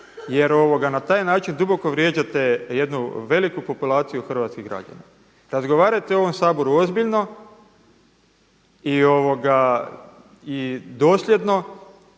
jer na taj način duboko vrijeđate jednu veliku populaciju hrvatskih građana. Razgovarajte u ovom Saboru ozbiljno i dosljedno